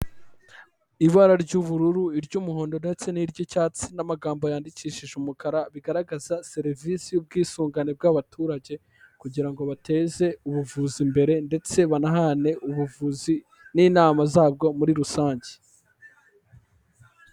Ibara ry'ubururu, iry'umuhondo ndetse n'iry'icyatsi n'amagambo yandikishije umukara, bigaragaza serivisi z'ubwisungane bw'abaturage kugira ngo bateze ubuvuzi imbere ndetse banahane ubuvuzi n'inama zabwo muri rusange.